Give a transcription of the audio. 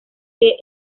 que